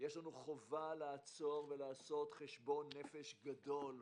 יש לנו חובה לעצור ולעשות חשבון נפש גדול.